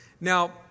Now